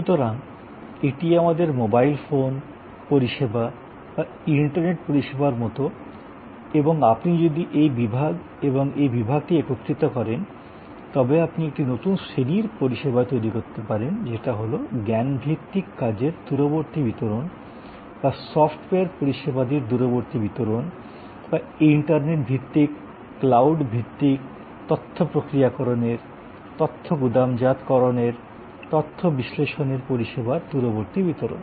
সুতরাং এটি আমাদের মোবাইল ফোন পরিষেবা বা ইন্টারনেট পরিষেবার মতো এবং আপনি যদি এই বিভাগ এবং এই বিভাগটি একত্রিত করেন তবে আপনি একটি নতুন শ্রেণির পরিষেবা তৈরি করতে পারেন যেটা হলো নলেজ ওয়ার্কের রিমোট ডেলিভারি বা সফ্টওয়্যার পরিষেবাদির দূরবর্তী বিতরণ বা ইন্টারনেট ভিত্তিক ক্লাউড ভিত্তিক তথ্য প্রক্রিয়াকরণের তথ্য গুদামজাতকরণের তথ্য বিশ্লেষণের পরিষেবার দূরবর্তী বিতরণ